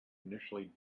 initially